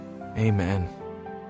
amen